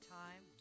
time